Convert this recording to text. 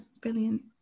brilliant